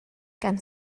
gan